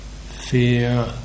fear